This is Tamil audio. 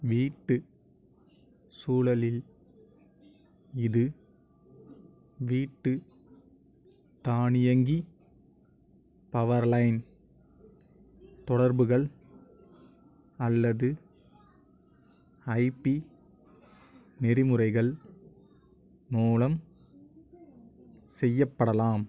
வீட்டு சூழலில் இது வீட்டு தானியங்கி பவர்லைன் தொடர்புகள் அல்லது ஐபி நெறிமுறைகள் மூலம் செய்யப்படலாம்